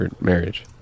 marriage